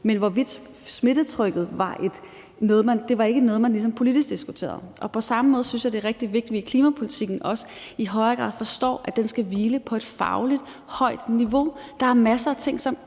men smittetrykket var ikke noget, man ligesom diskuterede politisk. På samme måde synes jeg, det er rigtig vigtigt, at vi også i klimapolitikken i højere grad forstår, at den skal hvile på et fagligt højt niveau. Der er masser af ting,